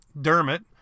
Dermot